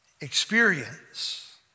experience